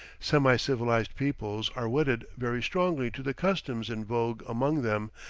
semi-civilized peoples are wedded very strongly to the customs in vogue among them,